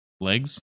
legs